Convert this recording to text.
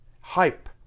hype